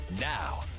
now